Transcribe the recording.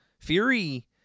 Fury